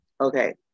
Okay